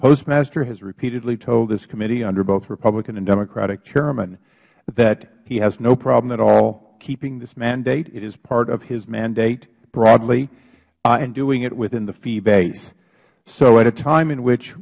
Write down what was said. postmaster has repeatedly told this committee under both republican and democratic chairmen that he has no problem at all keeping this mandate it is part of his mandate broadly and doing it within the fee base so at a time in which